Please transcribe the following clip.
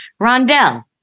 Rondell